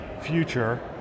future